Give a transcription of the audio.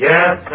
Yes